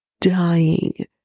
dying